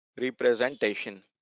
representation